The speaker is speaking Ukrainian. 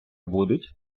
будуть